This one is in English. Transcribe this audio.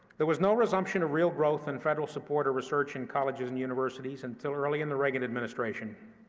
there was no resumption of real growth in federal support or research in colleges and universities until early in the reagan administration,